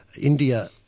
India